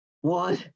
one